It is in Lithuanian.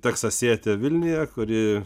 teksasietė vilniuje kuri